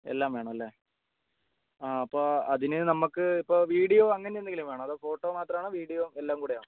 എല്ലാം വേണമല്ലേ ആ അപ്പോൾ അതിന് നമുക്കിപ്പോൾ വീഡിയോ അങ്ങനെയെന്തെങ്കിലും വേണോ ഫോട്ടോ മാത്രമാണോ അതോ വീഡിയോ എല്ലാം കൂടെയാണോ